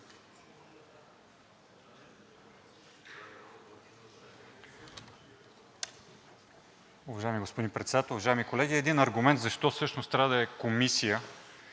Уважаеми господин Председател, уважаеми колеги! Един аргумент защо всъщност трябва да е комисия,